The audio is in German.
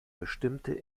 bestimmte